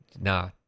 Nah